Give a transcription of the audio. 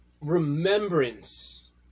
remembrance